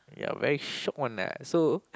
ya very shiok one ah so